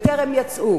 בטרם יצאו